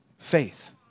faith